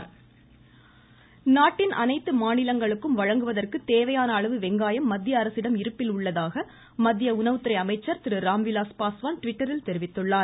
த த த த த த ராம்விலாஸ் பாஸ்வான் அனைத்து மாநிலங்களுக்கும் வழங்குவதற்கு தேவையான அளவு வெங்காயம் மத்திய அரசிடம் இருப்பில் உள்ளதாக மத்திய உணவுத்துறை அமைச்சர் திரு ராம்விலாஸ் பாஸ்வான் ட்விட்டரில் தெரிவித்துள்ளார்